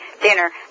dinner